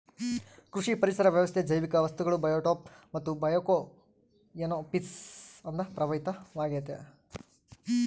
ಕೃಷಿ ಪರಿಸರ ವ್ಯವಸ್ಥೆ ಜೈವಿಕ ವಸ್ತುಗಳು ಬಯೋಟೋಪ್ ಮತ್ತು ಬಯೋಕೊಯನೋಸಿಸ್ ನಿಂದ ಪ್ರಭಾವಿತ ಆಗೈತೆ